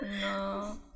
No